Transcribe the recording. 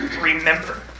remember